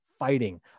fighting